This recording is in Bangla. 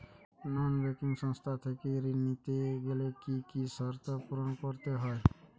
নন ব্যাঙ্কিং সংস্থা থেকে ঋণ নিতে গেলে কি কি শর্ত পূরণ করতে হয়?